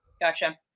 Gotcha